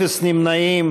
אפס נמנעים.